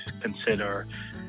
consider